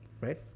Right